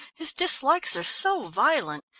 his dislikes are so violent.